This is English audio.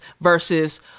versus